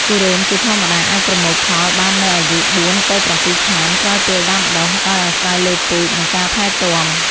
ទុរេនជាធម្មតាអាចប្រមូលផលបាននៅអាយុ ៤ ទៅ ៧ ឆ្នាំ ក្រោយពេលដាំដុះ ដោយអាស្រ័យលើពូជ និងការថែទាំ។